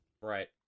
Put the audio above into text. right